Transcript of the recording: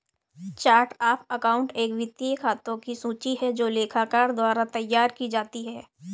chart of account एक वित्तीय खातों की सूची है जो लेखाकार द्वारा तैयार की जाती है